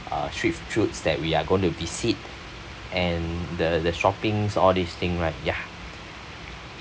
uh street foods that we are going to visit and the the shoppings all these thing right ya